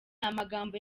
amagambo